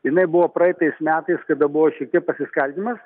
jinai buvo praeitais metais kada buvo šiek tiek pasiskaldymas